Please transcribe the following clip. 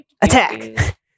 Attack